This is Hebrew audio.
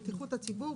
בטיחות הציבור,